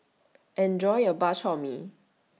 Enjoy your Bak Chor Mee